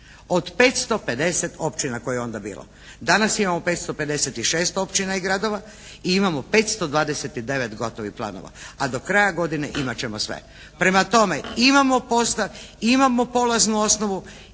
od 550 općina koje je onda bilo. Danas imamo 556 općina i gradova i imamo 529 gotovih planova, a do kraja godine imat ćemo sve. Prema tome imamo posla, imamo polaznu osnovu,